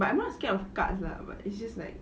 but I'm not scared of cuts lah but it's just like